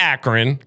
Akron